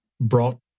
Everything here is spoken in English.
brought